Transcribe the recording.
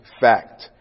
fact